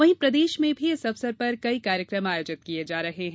वहीं प्रदेश में भी इस अवसर पर कई कार्यक्रम आयोजित किये जा रहे हैं